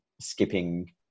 skipping